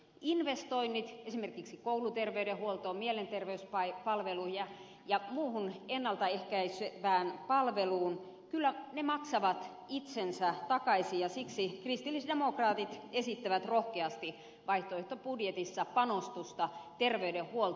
investoinnit esimerkiksi kouluterveydenhuoltoon mielenterveyspalveluun ja muuhun ennalta ehkäisevään palveluun kyllä maksavat itsensä takaisin ja siksi kristillisdemokraatit esittävät rohkeasti vaihtoehtobudjetissa panostusta terveydenhuoltoon